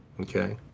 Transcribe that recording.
Okay